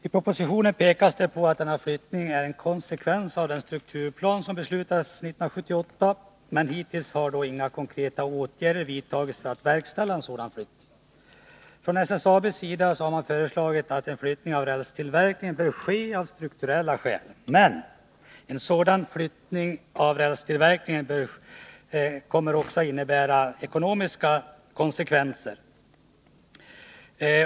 I propositionen pekas det på att denna flyttning är en konsekvens av den strukturplan som beslutades 1978, men hittills har inga konkreta åtgärder vidtagits för verkställande av en sådan flyttning. Från SSAB har man föreslagit att en flyttning av rälstillverkningen bör ske av strukturella skäl. Men en sådan överflyttning till Luleå av rälstillverkningen kommer också att få ekonomiska konsekvenser.